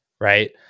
right